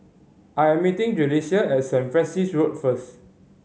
I am meeting Julissa at Saint Francis Road first